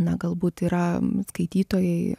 na galbūt yra skaitytojai